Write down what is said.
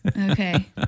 Okay